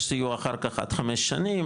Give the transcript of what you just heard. יש סיוע אחר כך עד חמש שנים,